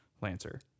Lancer